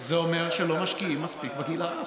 זה אומר שלא משקיעים מספיק בגיל הרך.